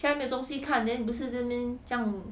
现在没东西看 then 你不是在那边这样